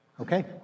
Okay